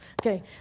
Okay